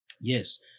Yes